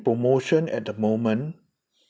promotion at the moment